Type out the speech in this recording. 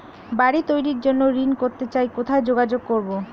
বাড়ি তৈরির জন্য ঋণ করতে চাই কোথায় যোগাযোগ করবো?